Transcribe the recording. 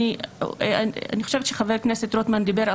אני חושבת שחבר הכנסת רוטמן דיבר על